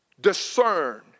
discern